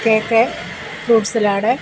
cake fruit salad